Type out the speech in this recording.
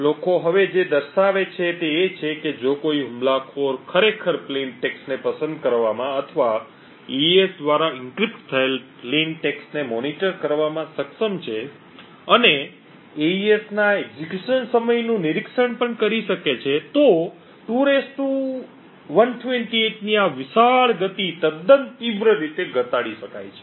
લોકો હવે જે દર્શાવે છે તે એ છે કે જો કોઈ હુમલાખોર ખરેખર સાદા ટેક્સ્ટને પસંદ કરવામાં અથવા એઇએસ દ્વારા એન્ક્રિપ્ટ થયેલ સાદા ટેક્સ્ટને મોનિટર કરવામાં સક્ષમ છે અને એઇએસના એક્ઝેક્યુશન સમયનું નિરીક્ષણ પણ કરી શકે છે તો 2 128 ની આ વિશાળ ગતિ તદ્દન તીવ્ર રીતે ઘટાડી શકાય છે